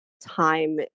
time